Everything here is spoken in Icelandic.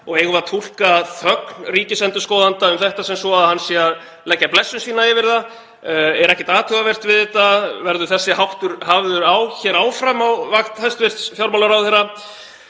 og eigum við að túlka þögn ríkisendurskoðanda um þetta sem svo að hann sé að leggja blessun sína yfir það? Er ekkert athugavert við þetta? Verður þessi háttur áfram hafður á, á vakt hæstv. fjármálaráðherra?